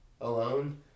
alone